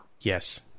Yes